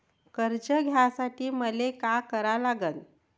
कर्ज घ्यासाठी मले का करा लागन?